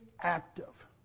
active